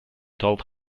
told